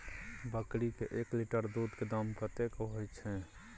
बकरी के एक लीटर दूध के दाम कतेक होय छै?